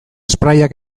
sprayak